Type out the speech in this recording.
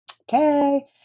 okay